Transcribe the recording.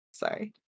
Sorry